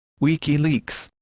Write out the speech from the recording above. wikileaks